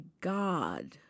God